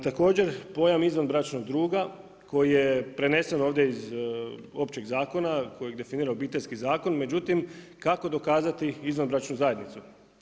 Također, pojam izvanbračnog druga, koji je prenesen ovdje iz općeg zakona, koji definira obiteljski zakon, međutim kako dokazati izvanbračnu zajednicu?